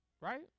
right